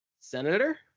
Senator